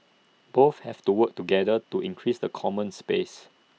both have to work together to increase the common space